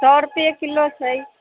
सए रुपए किलो छै